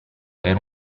era